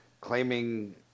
claiming